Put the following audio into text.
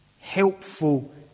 helpful